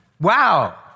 wow